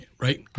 right